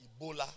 Ebola